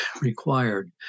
required